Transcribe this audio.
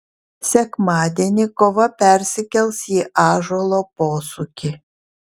sekmadienį kova persikels į ąžuolo posūkį